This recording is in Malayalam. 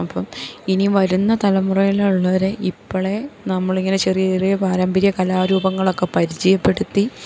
അപ്പം ഇനിയും വരുന്ന തലമുറയിലുള്ളവരെ ഇപ്പളേ നമ്മളിങ്ങനെ ചെറിയ ചെറിയ പാരമ്പര്യ കലാരൂപങ്ങളൊക്കെ പരിചയപ്പെടുത്തി